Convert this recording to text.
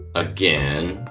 again.